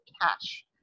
cash